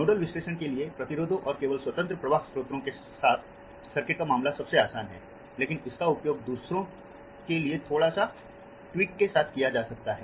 nodal विश्लेषण के लिए प्रतिरोधों और केवल स्वतंत्र प्रवाह स्रोतों के साथ सर्किट का मामला सबसे आसान है लेकिन इसका उपयोग दूसरों के लिए थोड़ा सा ट्वीक के साथ किया जा सकता है